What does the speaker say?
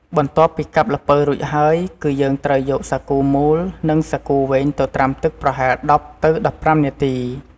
បន្ទាប់់ពីកាប់ល្ពៅរួចហើយ គឺយើងត្រូវយកសាគូមូល និងសាគូវែងទៅត្រាំទឹកប្រហែល ១០ ទៅ ១៥ នាទី។